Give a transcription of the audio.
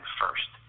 first